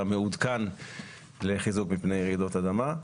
המעודכן לחיזוק מפני רעידות אדמה.